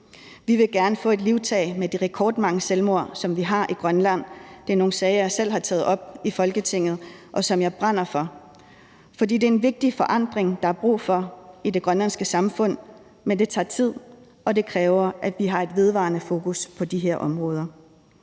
Vi vil gerne tage livtag med de rekordmange selvmord, som vi har i Grønland. Det er nogle sager, som jeg selv har taget op i Folketinget, og som jeg brænder for. For det er en vigtig forandring, som der er brug for i det grønlandske samfund, men det tager tid, og det kræver, at vi har et vedvarende fokus på de her områder.